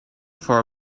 for